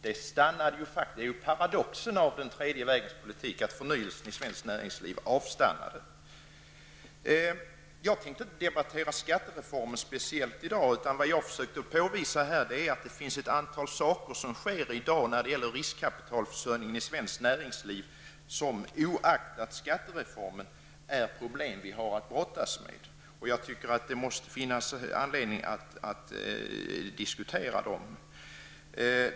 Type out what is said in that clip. Det är paradoxen av tredje vägens politik att förnyelsen i svenskt näringsliv avstannade. Jag hade inte tänkt att debattera skattereformen speciellt i dag. Jag försökte påvisa att det finns ett antal saker som sker i dag när det gäller riskkapitalförsörjningen i svenskt näringsliv som oaktat skattereformen är problem som vi har att brottas med. Det måste finnas anledning att diskutera dem.